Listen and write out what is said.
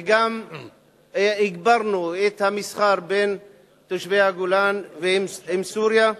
וגם הגברנו את המסחר של תושבי הגולן עם סוריה.